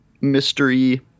mystery